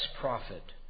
prophet